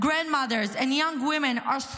But there was no response,